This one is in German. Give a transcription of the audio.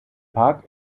park